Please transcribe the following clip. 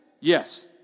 yes